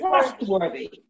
trustworthy